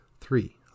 three